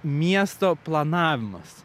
miesto planavimas